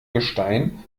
gestein